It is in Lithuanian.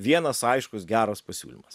vienas aiškus geras pasiūlymas